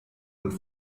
und